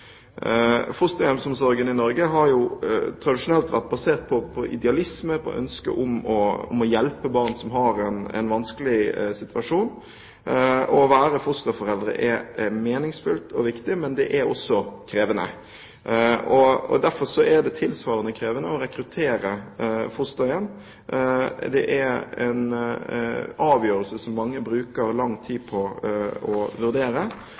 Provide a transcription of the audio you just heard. Fosterhjemsomsorgen i Norge har tradisjonelt vært basert på idealisme og et ønske om å hjelpe barn som har en vanskelig situasjon. Å være fosterforeldre er meningsfullt og viktig, men det er også krevende. Derfor er det tilsvarende krevende å rekruttere fosterhjem. Det er en avgjørelse mange bruker lang tid på. Vi er derfor i gang med ulike tiltak for å